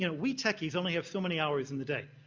you know we techies only have so many hours in the day.